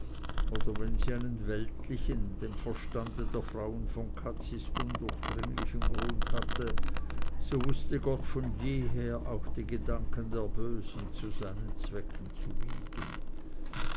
oder wenn sie einen weltlichen dem verstande der frauen von cazis undurchdringlichen grund hatte so wußte gott von jeher auch die gedanken der bösen zu seinen zwecken zu biegen